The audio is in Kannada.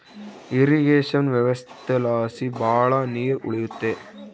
ಇರ್ರಿಗೇಷನ ವ್ಯವಸ್ಥೆಲಾಸಿ ಭಾಳ ನೀರ್ ಉಳಿಯುತ್ತೆ